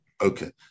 Okay